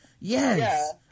Yes